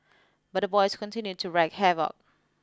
but the boys continued to wreak havoc